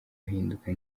ahinduka